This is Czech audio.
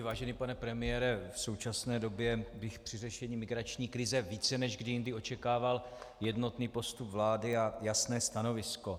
Vážený pane premiére, v současné době bych při řešení migrační krize více než kdy jindy očekával jednotný postup vlády a jasné stanovisko.